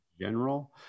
general